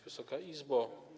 Wysoka Izbo!